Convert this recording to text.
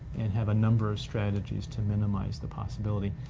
and have a number of strategies to minimize the possibility.